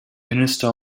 minister